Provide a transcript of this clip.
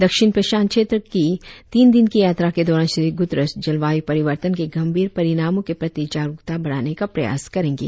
दक्षिण प्रशांत क्षेत्र की तीन दिन की यात्रा के दौरान श्री गुतरश जलवायु परिवर्तन के गंभीर परिणामों के प्रति जागरुकता बढ़ाने का प्रयास करेंगे